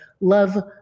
love